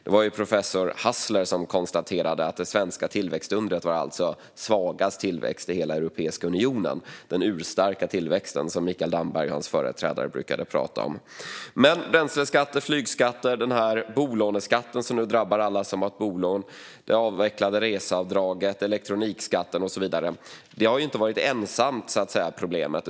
Det var professor Hassler som konstaterade att det svenska tillväxtundret innebar den svagaste tillväxten i hela Europeiska unionen - alltså den urstarka tillväxt som Mikael Damberg och hans företrädare brukade prata om. Bränsleskatter, flygskatter, bolåneskatt, avvecklat reseavdrag, elektronikskatt och så vidare är inte det enda problemet.